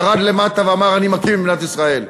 ירד למטה ואמר: אני מקים את מדינת ישראל.